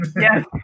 yes